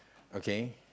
okay